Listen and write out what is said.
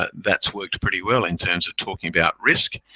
but that's worked pretty well in terms of talking about risk.